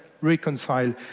reconcile